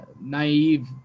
naive